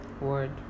Word